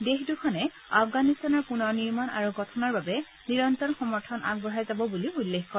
দেশ দূখনে আফগানিস্তানৰ পুনৰ নিৰ্মণ আৰু গঠনৰ বাবে নিৰন্তৰ সমৰ্থন আগবঢ়াই যাব বুলি উল্লেখ কৰে